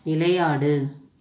விளையாடு